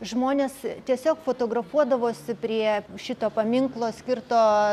žmonės tiesiog fotografuodavosi prie šito paminklo skirto